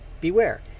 beware